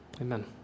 Amen